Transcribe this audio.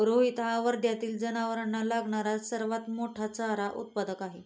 रोहित हा वर्ध्यातील जनावरांना लागणारा सर्वात मोठा चारा उत्पादक आहे